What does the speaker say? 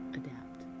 adapt